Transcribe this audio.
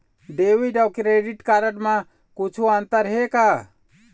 Debit अऊ credit card म कुछू अंतर हे का?